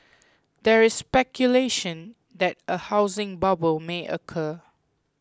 there is speculation that a housing bubble may occur